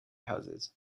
houses